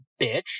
bitch